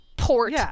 Port